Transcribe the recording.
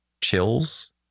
chills